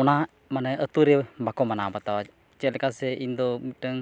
ᱚᱱᱟ ᱢᱟᱱᱮ ᱟᱹᱛᱩ ᱨᱮ ᱵᱟᱠᱚ ᱢᱟᱱᱟᱣ ᱵᱟᱛᱟᱣᱮᱜᱼᱟ ᱪᱮᱫᱞᱮᱠᱟ ᱥᱮ ᱤᱧᱫᱚ ᱢᱤᱫᱴᱟᱹᱝ